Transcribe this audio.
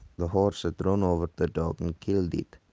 the horse had run over the dog and killed it.